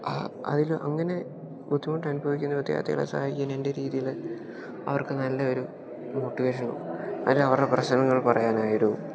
ആ അതില് അങ്ങനെ ബുദ്ധിമുട്ടനുഭവിക്കുന്ന വിദ്യാർത്ഥികളെ സഹായിക്കാൻ എൻ്റെ രീതിയിൽ അവർക്ക് നല്ലെയൊരു മോട്ടിവേഷനും അല്ല അവരുടെ പ്രശ്നങ്ങള് പറയാനായൊരു